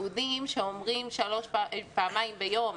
יהודים שאומרים פעמיים ביום